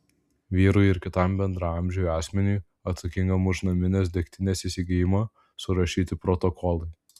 vyrui ir kitam bendraamžiui asmeniui atsakingam už naminės degtinės įsigijimą surašyti protokolai